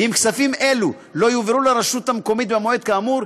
ואם כספים אלו לא יועברו לרשות המקומית במועד כאמור,